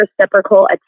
reciprocal